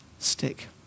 stick